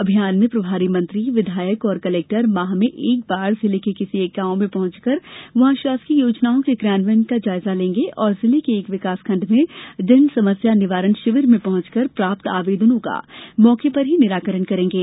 अभियान में प्रभारी मंत्री विधायक और कलेक्टर माह में एक बार जिले के किसी एक गांव में पहुंचकर वहां शासकीय योजनाओं के क्रियान्वयन का जायजा लेंगे और जिले के एक विकासखंड में जन समस्या निवारण शिविर में पहंचकर प्राप्त आवेदनों का मौके पर ही निराकरण करेंगे